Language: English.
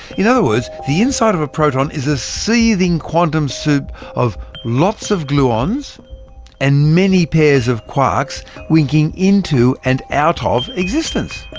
in other words, the inside of a proton is a seething quantum soup of lots of gluons and many pairs of quarks winking into and out ah of existence.